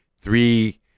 three